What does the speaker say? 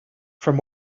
from